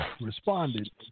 responded